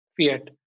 fiat